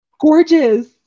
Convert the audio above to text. Gorgeous